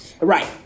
Right